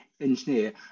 engineer